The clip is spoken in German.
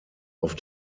auf